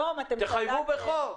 תחייבו בחוק.